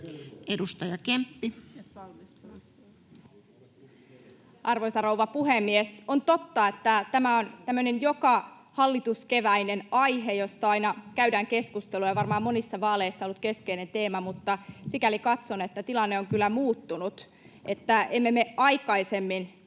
Content: Arvoisa rouva puhemies! On totta, että tämä on tämmöinen joka hallituskeväinen aihe, josta aina käydään keskustelua, ja varmaan monissa vaaleissa ollut keskeinen teema, mutta sikäli katson, että tilanne on kyllä muuttunut. Emme me aikaisemmin